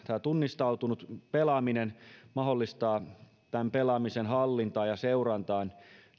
tunnistautunut pelaaminen mahdollistaa pelaamisen hallintaan ja seurantaan